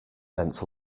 bent